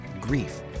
grief